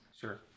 Sure